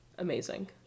Amazing